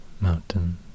mountain